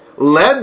led